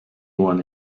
one